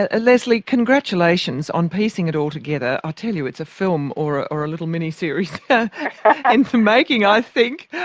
ah ah leslie, congratulations on piecing it all together. i ah tell you, it's a film or ah or a little miniseries in the making, i think.